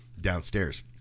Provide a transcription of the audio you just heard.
downstairs